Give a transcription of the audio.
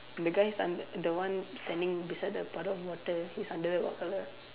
the guy's under the one standing beside the puddle of water his underwear what colour